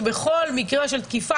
שבכל מקרה של תקיפה,